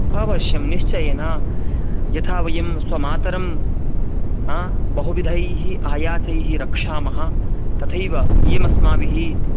अवश्यं निश्चयेन यथा वयं स्वमातरं बहुविधैः आयासैः रक्षामः तथैव इयम् अस्माभिः